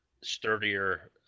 sturdier